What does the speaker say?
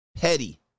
petty